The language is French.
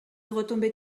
retombait